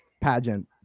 pageant